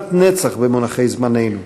כמעט נצח במונחי זמננו.